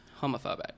homophobic